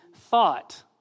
thought